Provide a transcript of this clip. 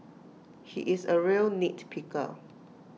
he is A real nit picker